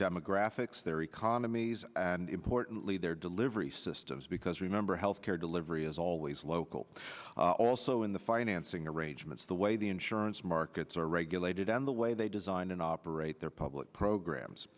demographics their economies and importantly their delivery systems because remember health care delivery is always local also in the financing arrangements the way the insurance markets are regulated and the way they design and operate their public programs